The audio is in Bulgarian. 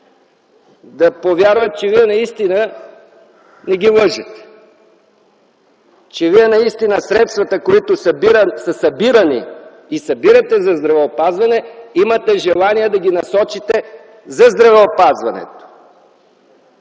да повярват, че вие наистина не ги лъжете; че наистина средствата, които са събирани и събирате за здравеопазване, имате желание да ги насочите за здравеопазването.